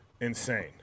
insane